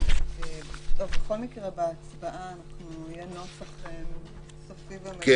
בכל מקרה בהצבעה יהיה נוסח סופי --- אני